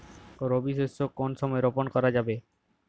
রবি শস্য কোন সময় রোপন করা যাবে?